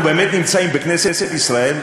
אנחנו באמת נמצאים בכנסת ישראל?